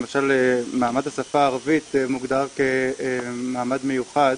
למשל מעמד השפה הערבית מוגדר כמעמד מיוחד